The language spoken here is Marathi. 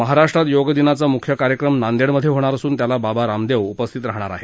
महाराष्ट्रात योग दिनाचा मुख्य कार्यक्रम नांदेडमधे होणार असून त्याला बाबा रामदेव उपस्थित राहणार आहेत